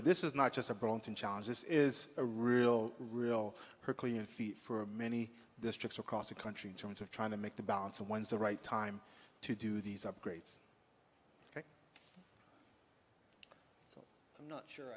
that this is not just a burlington challenge this is a real real herculean feat for many districts across the country in terms of trying to make the balance and when's the right time to do these upgrades i'm not sure